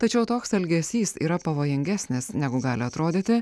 tačiau toks elgesys yra pavojingesnis negu gali atrodyti